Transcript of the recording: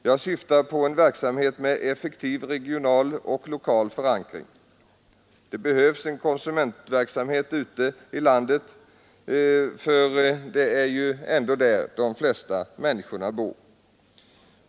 Jag syftar på en verksamhet med effektiv regional och lokal förankring. Det behövs en konsumentverksamhet ute i landet, eftersom det ju ändå är där som de flesta människorna bor.